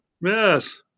Yes